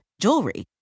jewelry